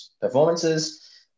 performances